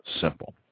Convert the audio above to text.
simple